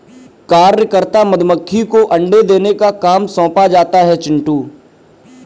कार्यकर्ता मधुमक्खी को अंडे देने का काम सौंपा जाता है चिंटू